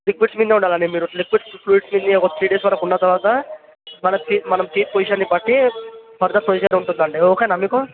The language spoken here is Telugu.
లిక్విడ్స్ మీదనే ఉండాలండి మీరు లిక్విడ్స్ స్వీట్స్ మీదనే ఒక త్రీ డేస్ వరకు ఉన్న తరువాత మన టీ మనం టీత్ పొజిషన్ని బట్టి ఫర్దర్ పొజిషన్ ఉంటుందండి ఓకేనా మీకు